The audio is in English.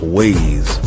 ways